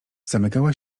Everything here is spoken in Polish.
zamykała